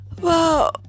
Wow